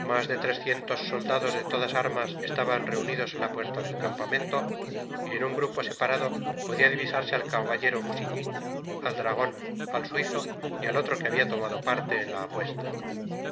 mas de trescientos soldados de todas armas estaban reunidos á la puerta del campamento y en un grupo separado podia divisarse al caballero busiñy al dragon al suizo y al otro que habia tomado parte en la apuesta